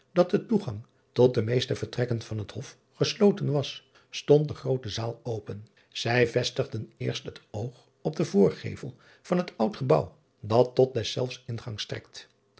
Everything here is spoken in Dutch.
dat de toegang tot de meeste vertrekken van het of gesloten was stond de roote aal open ij vestigden eerst het oog op den oorgevel van het oud ebouw dat tot deszelfs ingang strekt